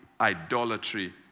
idolatry